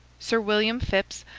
sir william phips,